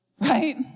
Right